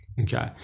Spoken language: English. Okay